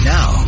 Now